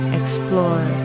explore